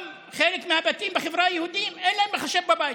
גם חלק מהדתיים בחברה היהודית, אין להם מחשב בבית.